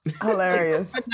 Hilarious